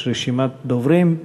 יש רשימת דוברים.